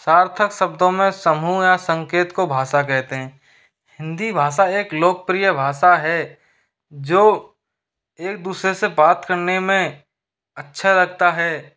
सार्थक शब्दों में समूह या संकेत को भाषा कहते हैं हिंदी भाषा एक लोकप्रिय भाषा है जो एक दूसरे से बात करने में अच्छा लगता है